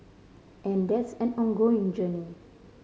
and that's an ongoing journey